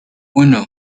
uno